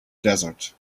desert